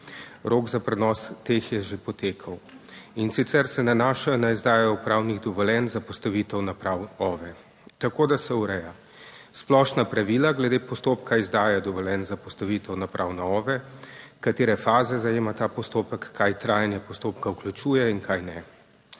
rok za prenos teh je že potekel -, in sicer se nanaša na izdajo upravnih dovoljenj za postavitev naprav OVE, tako da se ureja splošna pravila glede postopka izdaje dovoljenj za postavitev naprav na OVE, katere faze zajema ta postopek, kaj trajanje postopka vključuje in kaj ne.